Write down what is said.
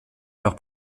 leur